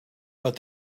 but